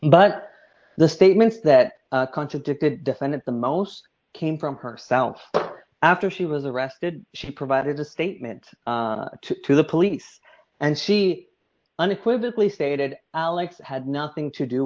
but the statements that contradicted defendant the most came from her felt after she was arrested she provided a statement to the police and she unequivocally stated alex had nothing to do